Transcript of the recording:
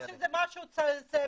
או שזה משהו מסווג?